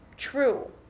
true